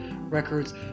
Records